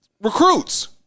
recruits